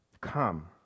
come